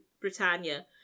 britannia